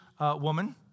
woman